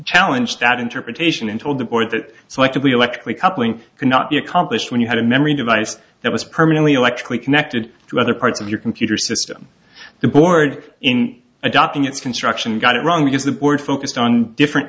challenge that interpretation and told the board that so actively electrically coupling cannot be accomplished when you have a memory device that was permanently electrically connected to other parts of your computer system the board in adopting its construction got it wrong because the board focused on different